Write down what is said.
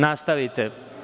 Nastavite.